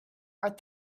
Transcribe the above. are